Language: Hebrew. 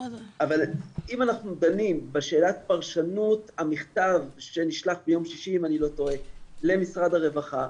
אבל אם אנחנו דנים בשאלת פרשנות המכתב שנשלח ביום שישי למשרד הרווחה,